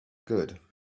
good